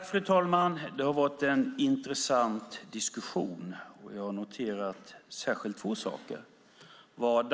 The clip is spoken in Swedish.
Fru talman! Det har varit en intressant diskussion, och jag har noterat särskilt två saker.